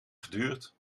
geduurd